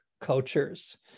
cultures